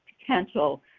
potential